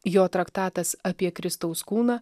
jo traktatas apie kristaus kūną